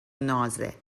نازه